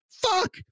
Fuck